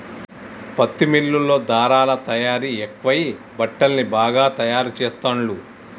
పత్తి మిల్లుల్లో ధారలా తయారీ ఎక్కువై బట్టల్ని బాగా తాయారు చెస్తాండ్లు